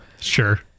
Sure